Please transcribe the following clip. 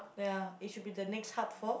ya it should be the next hub for